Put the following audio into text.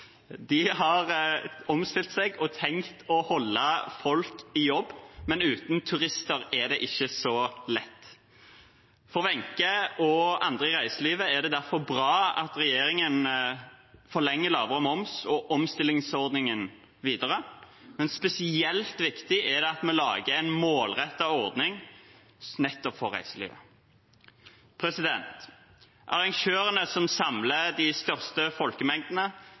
jobb, men uten turister er det ikke så lett. For Wenche og andre i reiselivet er det derfor bra at regjeringen forlenger lavere moms og omstillingsordningen, men spesielt viktig er det at vi lager en målrettet ordning nettopp for reiseliv. Arrangørene som samler de største folkemengdene,